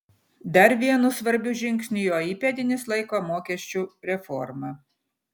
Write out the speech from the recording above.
dar vienu svarbiu žingsniu jo įpėdinis laiko mokesčių reformą